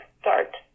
start